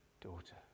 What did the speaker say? daughter